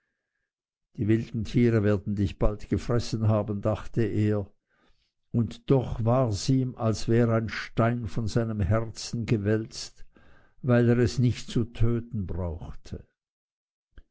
die wilden tiere werden dich bald gefressen haben dachte er und doch wars ihm als wär ein stein von seinem herzen gewälzt weil er es nicht zu töten brauchte